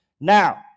Now